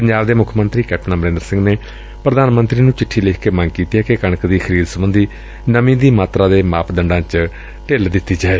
ਪੰਜਾਬ ਦੇ ਮੁੱਖ ਮੰਤਰੀ ਕੈਪਟਨ ਅਮਰਿੰਦਰ ਸਿੰਘ ਨੇ ਪ੍ਰਧਾਨ ਮੰਤਰੀ ਨੂੰ ਚਿੱਠੀ ਲਿਖ ਕੇ ਮੰਗ ਕੀਤੀ ਏ ਕਿ ਕਣਕ ਦੀ ਖਰੀਦ ਸਬੰਧੀ ਨਮੀ ਦੀ ਮਾਤਰਾ ਦੇ ਮਾਪੰਡਾ ਚ ਢਿੱਲ ਦਿੱਡੀ ਜਾਏ